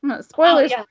Spoilers